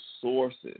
sources